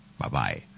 Bye-bye